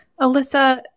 Alyssa